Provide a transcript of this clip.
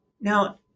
Now